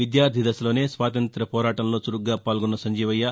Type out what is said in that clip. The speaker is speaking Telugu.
విద్యార్ది దశలోనే స్వాతంత్ర్య పోరాటంలో చురుగ్గా పాల్గొన్న సంజీవయ్య